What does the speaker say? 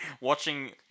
Watching